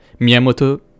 Miyamoto